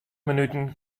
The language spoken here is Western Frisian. minuten